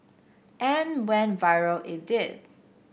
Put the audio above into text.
and went viral it did